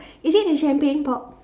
is it the champagne pop